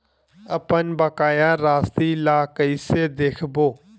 अपन बकाया राशि ला कइसे देखबो?